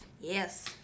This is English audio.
Yes